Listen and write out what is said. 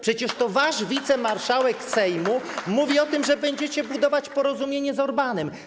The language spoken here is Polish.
Przecież to wasz wicemarszałek Sejmu mówi o tym, że będziecie budować porozumienie z Orbánem.